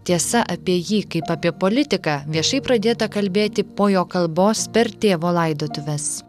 tiesa apie jį kaip apie politiką viešai pradėta kalbėti po jo kalbos per tėvo laidotuves